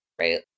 right